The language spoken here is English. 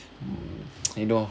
you know